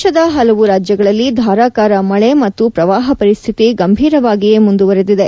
ದೇಶದ ಹಲವು ರಾಜ್ಯಗಳಲ್ಲಿ ಧಾರಾಕಾರ ಮಳಿ ಮತ್ತು ಪ್ರವಾಹ ಪರಿಸ್ಥಿತಿ ಗಂಭಿರವಾಗಿಯೇ ಮುಂದುವರೆದಿದೆ